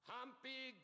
Humpy